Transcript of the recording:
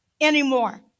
anymore